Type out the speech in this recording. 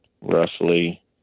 roughly